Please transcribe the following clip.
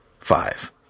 Five